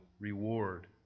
reward